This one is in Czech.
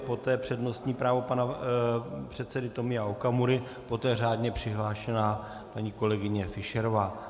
Poté přednostní právo pana předsedy Tomia Okamury, poté řádně přihlášená paní kolegyně Fischerová.